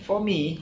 for me